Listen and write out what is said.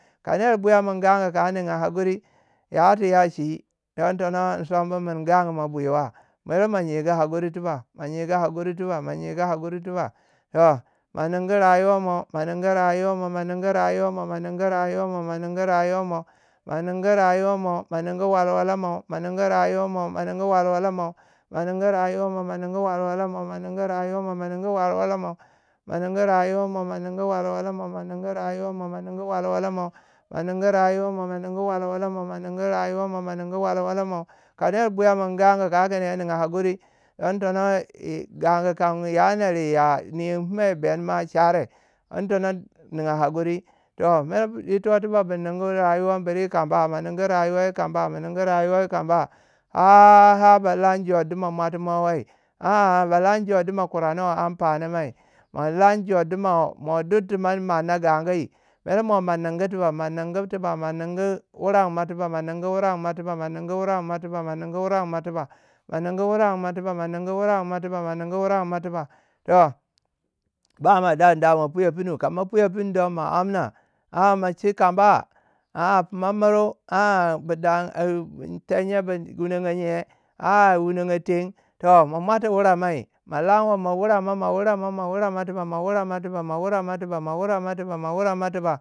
Ka ner buyammun gangu. ka ma ninga hakuri. yati yachi digintono in sombu mun gangu mo buiwa. ma nyegu mer mo maningu hakuri tiba maningu hakuri tiba maningu hakuri tiba. Toh ma ningu rayuwa mo- ma ningu rayuwa mo- ma ningu rayuwa mo- ma ningu rayuwa mo- mo ningu rayuwa mo. mo ningu rayuwa mo. mo ningu walwala mo- ma ningu rayuwa mo, ma ningu walwala mo- mo ningu rayuwa mo. ma ningu rayuwa mo. ma ningu walwala mo- ma ningu rayuwa mo. ma ningu walwala mo,-ma ningu rayuwa mo- ma ningu walwala mo. ka ner buyanmin gangu kau kun nye ninga hakuri. digin tonon gangu kam ya ner niyengi fune bene ma shari. don tono ninga hakuri. Toh mer ito tiba ma ningu rayiwa bir yi kama bu ningu rayuwa bi kama bu ningu rayuwa bi kama, har- har- har ba lan jore di ma mwatinowai. a- a balan jore du ma kuranu amfanumai, ma lan jo du ms kuranuwai amfani moi. ma lan joddu kun mo duk tu mo manna gangi. mere mo ma ningu tiba maningu tiba ma ningu wuren mai ma tuba ningu wuren mai tiba ma ningu wurem mai tiba ma ningu wuren mai tiba. toh ba ma damdayi, mo puyan pinu kama puyan pinu don ma amna, bama wuni ma chi ka mba a- a fima miru. a- a tenye bu hunango nye?a- a yi wunongo teng. toh ma mwati wure mai, ma lonwe ma wure mai- ma wure mai- ma wure mai tiba. ma wurei mai tiba ma wurei mai tiba.